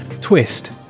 twist